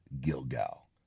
Gilgal